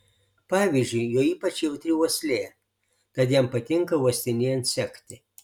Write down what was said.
pavyzdžiui jo ypač jautri uoslė tad jam patinka uostinėjant sekti